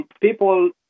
people